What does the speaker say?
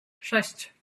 sześć